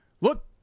look